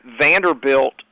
Vanderbilt